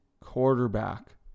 quarterback